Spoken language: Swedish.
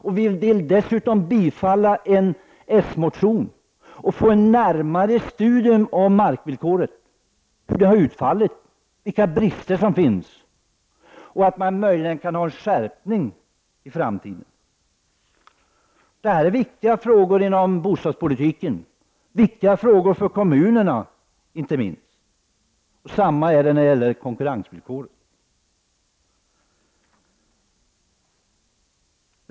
Vi vill dessutom tillstyrka en s-motion med ett förslag om närmare studium av markvillkoret och hur det har utfallit, vilka brister som finns och om det är möjligt med en skärpning i framtiden. Det här är viktiga frågor inom bostadspolitiken, inte minst för kommunerna. Detsamma är det med konkurrensvillkoret.